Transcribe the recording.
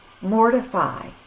mortify